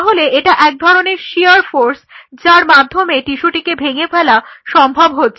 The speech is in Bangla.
তাহলে এটা এক ধরনের শিয়ার ফোর্স যার মাধ্যমে টিস্যুটিকে ভেঙে ফেলা সম্ভব হচ্ছে